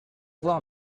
voir